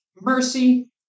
Mercy